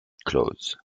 close